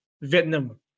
Vietnam